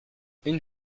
une